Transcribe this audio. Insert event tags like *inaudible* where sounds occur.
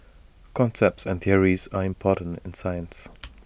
concepts and theories are important in science *noise*